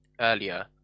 Earlier